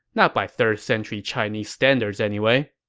not by third-century chinese standards anyway.